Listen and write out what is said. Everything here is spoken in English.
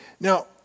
Now